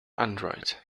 android